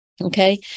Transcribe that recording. Okay